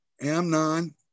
Amnon